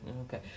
Okay